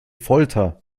folter